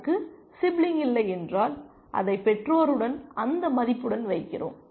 அதற்கு சிப்லிங் இல்லை என்றால் அதை பெற்றோருடன் அந்த மதிப்புடன் வைக்கிறோம்